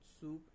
soup